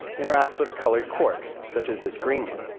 interacts with a colored quark, such as this green one,